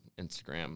Instagram